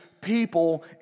people